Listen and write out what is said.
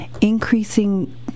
increasing